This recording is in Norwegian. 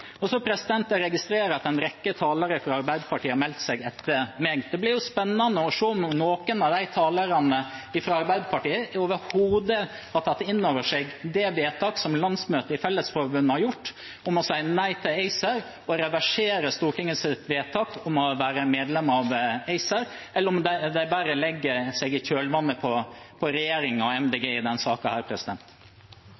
Jeg registrerer at en rekke talere fra Arbeiderpartiet har meldt seg etter meg. Det blir spennende å se om noen av de talerne fra Arbeiderpartiet overhodet har tatt inn over seg det vedtaket som landsmøtet i Fellesforbundet har gjort, om å si nei til ACER og reversere Stortingets vedtak om å være medlem av ACER, eller om de bare legger seg i kjølvannet av regjeringen og